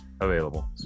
available